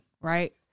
right